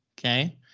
Okay